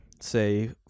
say